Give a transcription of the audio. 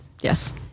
yes